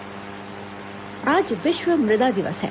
विश्व मुदा दिवस आज विश्व मृदा दिवस है